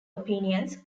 opinions